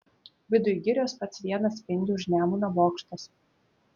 viduj girios pats vienas spindi už nemuno bokštas